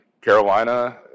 Carolina